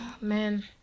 Man